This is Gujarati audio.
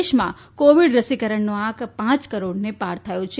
દેશમાં કોવિડ રસીકરણનો આંક પાંચ કરોડને પાર થયો છે